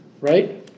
Right